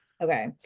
okay